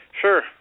Sure